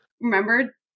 Remember